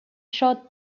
short